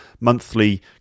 monthly